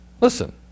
Listen